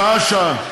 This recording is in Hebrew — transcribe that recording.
שעה-שעה.